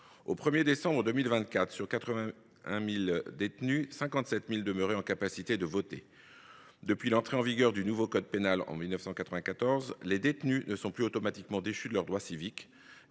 Au 1 décembre 2024, sur 81 000 détenus, 57 000 conservaient la capacité de voter. Depuis l’entrée en vigueur du nouveau code pénal en 1994, les détenus ne sont plus automatiquement déchus de leurs droits civiques.